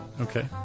Okay